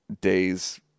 days